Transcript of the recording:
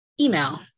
email